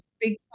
big